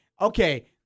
Okay